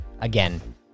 again